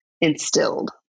instilled